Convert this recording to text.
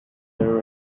air